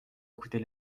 écouter